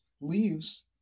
leaves